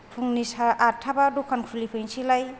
फुंनि सा आठथाबा दखान खुलिफैनोसैलाय